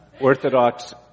Orthodox